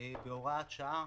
בהוראת שעה